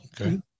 Okay